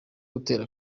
gutera